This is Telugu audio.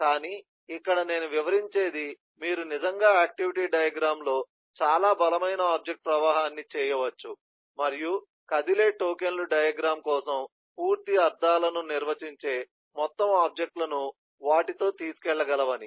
కానీ ఇక్కడ నేను వివరించేది మీరు నిజంగా ఆక్టివిటీ డయాగ్రమ్ లో చాలా బలమైన ఆబ్జెక్ట్ ప్రవాహాన్ని చేయవచ్చు మరియు కదిలే టోకెన్లు డయాగ్రమ్ కోసం పూర్తి అర్థాలను నిర్వచించే మొత్తం ఆబ్జెక్ట్ లను వాటితో తీసుకెళ్లగలవు అని